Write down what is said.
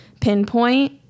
pinpoint